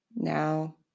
Now